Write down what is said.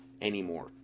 anymore